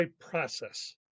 process